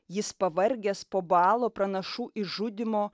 jis pavargęs po balo pranašų išžudymo